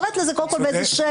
קוראת לזה בשם אחר.